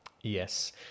yes